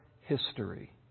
history